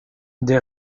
des